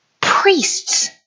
Priests